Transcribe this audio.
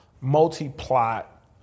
multi-plot